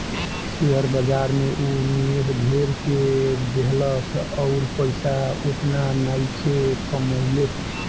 share बाजार में ऊ निवेश ढेर क देहलस अउर पइसा ओतना नइखे कमइले